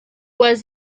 was